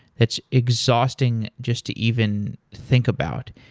it's exhausting just to even think about.